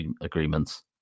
agreements